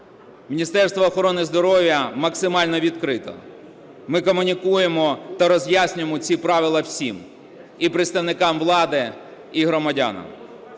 Міністерство охорони здоров'я максимально відкрите. Ми комунікуємо та роз'яснюємо ці правила всім – і представникам влади, і громадянам.